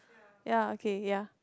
ya okay ya